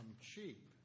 cheap